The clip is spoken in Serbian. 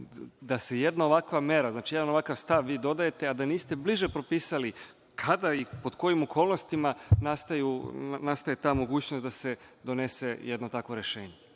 da jedna ovakva mera, jedan ovakav stav vi dodajete, a da niste bliže propisali kada i pod kojim okolnostima nastaje ta mogućnost da se donese jedno takvo rešenje.